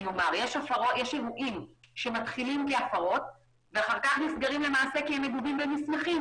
יש אירועים שמתחילים בהפרות ואחר כך נסגרים כי הם מגובים במסמכים.